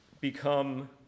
become